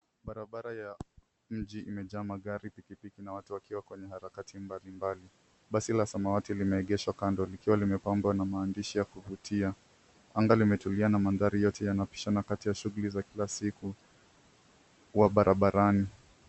Barabara ya mji imejaa magari, pikipiki na watu wakiwa kwenye harakati mbalimbali. Basi la samawati limeegeshwa kando likiwa limepambwa na maandishi ya kuvutia. Anga limetulia na mandhari yote yanapishana kati ya shughuli za kila siku wa barabarani.